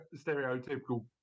stereotypical